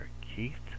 Keith